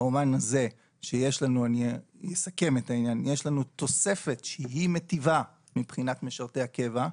במובן הזה שיש לנו תוספת שהיא מטיבה מבחינת משרתי הקבע,